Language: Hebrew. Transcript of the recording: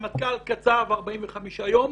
הרמטכ"ל קצב 45 ימים